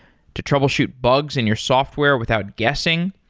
to troubleshoot bugs in your software without guessing.